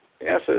yes